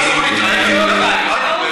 מה זה הדבר הזה?